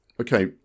Okay